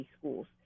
schools